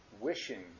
wishing